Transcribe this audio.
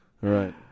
right